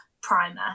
primer